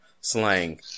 slang